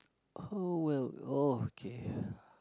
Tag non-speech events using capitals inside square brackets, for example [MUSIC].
oh well okay [BREATH]